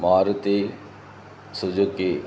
Maruti Suzuki